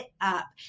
up